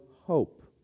hope